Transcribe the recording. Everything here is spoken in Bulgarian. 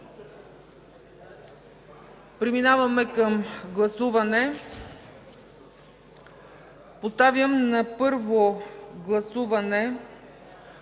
Преминаваме към гласуване. Поставям на първо гласуване